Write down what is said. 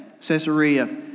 Caesarea